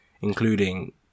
including